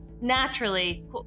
naturally